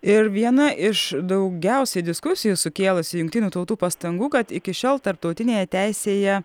ir viena iš daugiausiai diskusijų sukėlusi jungtinių tautų pastangų kad iki šiol tarptautinėje teisėje